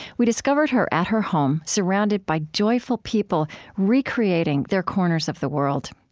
we discovered her at her home, surrounded by joyful people re-creating their corners of the world.